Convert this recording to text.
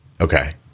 Okay